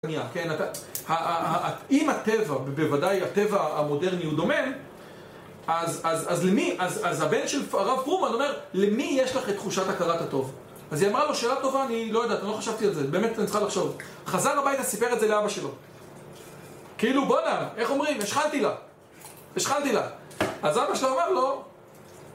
כן, אם הטבע, בוודאי הטבע המודרני הוא דומם אז למי, אז הבן של הרב רומן אומר, למי יש לך את תחושת הכרת הטוב? אז היא אמרה לו, שאלה טובה, אני לא יודעת, אני לא חשבתי על זה, באמת אני צריכה לחשוב חזן הביתה סיפר את זה לאבא שלו, כאילו, בואנה, איך אומרים, השחלתי לה השחלתי לה אז אבא שלו אמר לו